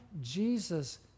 Jesus